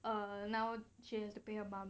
err now she has to pay her mom